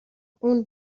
اون